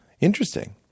Interesting